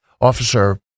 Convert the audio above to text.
Officer